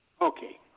Okay